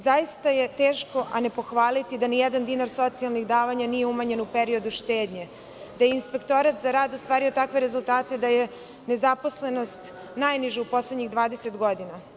Zaista je teško a ne pohvaliti da nijedan dinar socijalnih davanja nije umanjen u periodu štednje, da je Inspektorat za rad ostvario takve rezultate da je nezaposlenost najniža u poslednjih 20 godina.